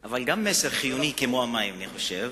אבל גם מסר חיוני, כמו המים, אני חושב.